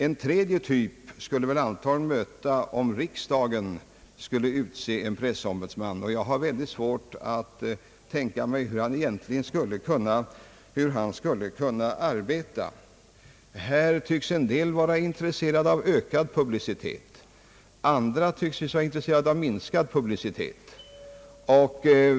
En tredje typ skulle man antagligen möta, om riksdagen skulle utse en pressombudsman. Jag har väldigt svårt att tänka mig hur han egentligen skulle kunna arbeta. Här tycks nämligen en del vara intresserade av ökad publicitet, medan andra tycks vara intresserade av minskad publicitet.